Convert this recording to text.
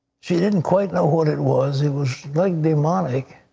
she didn't quite know what it was. it was like demonic.